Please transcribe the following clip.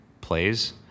plays